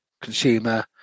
consumer